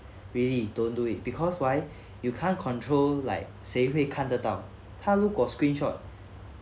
really don't do it because why you can't control like 谁会看得到他如果 screenshot